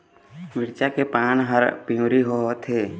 मिरचा के पान हर पिवरी होवथे?